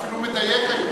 ואפילו מדייק.